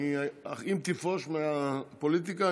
אם תפרוש מהפוליטיקה,